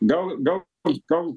gal gal gal